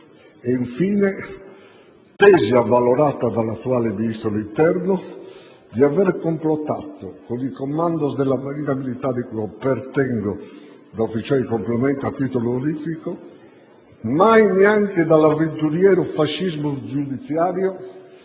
e, infine, tesi avvalorata dall'attuale Ministro dell'interno, di aver complottato con i *commandos* della Marina militare, cui appartengo da ufficiale di complemento a titolo onorifico. Mai, neanche dall'avventuriero fascismo giudiziario,